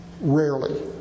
rarely